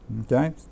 Okay